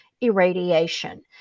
irradiation